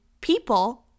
people